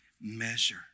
measure